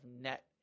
net